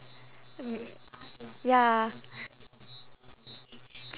ya